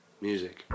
Music